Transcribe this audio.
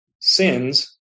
sins